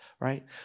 right